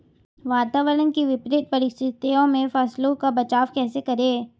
वातावरण की विपरीत परिस्थितियों में फसलों का बचाव कैसे करें?